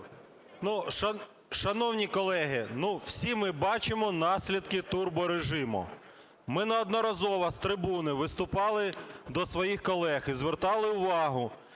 шановні колеги, ну, всі ми бачимо наслідки "турборежиму". Ми неодноразово з трибуни виступали до своїх колег і звертали увагу,